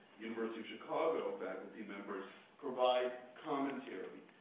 university of chicago faculty members provide commentary.